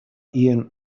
ian